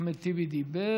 אחמד טיבי דיבר.